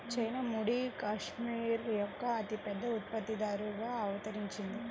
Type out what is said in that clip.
China ముడి cashmere యొక్క అతిపెద్ద ఉత్పత్తిదారుగా అవతరించింది